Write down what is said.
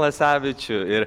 lasevičių ir